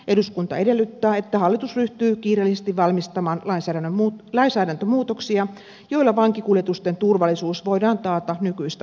eduskunta edellyttää että hallitus ryhtyy kiireellisesti valmistamaan lainsäädäntömuutoksia joilla vankikuljetusten turvallisuus voidaan taata nykyistä paremmin